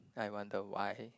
I wonder why